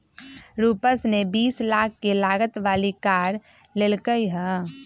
रूपश ने बीस लाख के लागत वाली कार लेल कय है